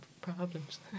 problems